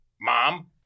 Mom